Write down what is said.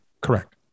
Correct